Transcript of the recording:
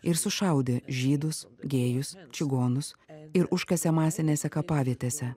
ir sušaudė žydus gėjus čigonus ir užkasė masinėse kapavietėse